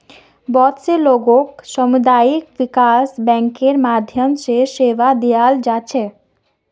बहुत स लोगक सामुदायिक विकास बैंकेर माध्यम स सेवा दीयाल जा छेक